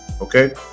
okay